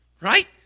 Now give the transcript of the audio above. right